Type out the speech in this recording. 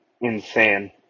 insane